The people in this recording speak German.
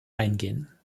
eingehen